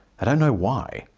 i don't know why.